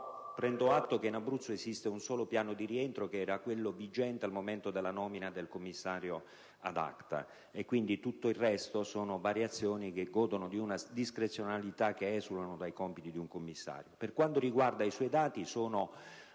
prendo atto che in Abruzzo esiste un solo piano di rientro, che era quello vigente al momento della nomina del commissario *ad acta.* Tutto il resto sono variazioni che godono di una discrezionalità e che esulano dai compiti di un commissario. I suoi dati, signor